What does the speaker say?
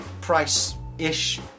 price-ish